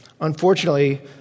Unfortunately